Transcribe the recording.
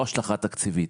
ולא השלכה תקציבית.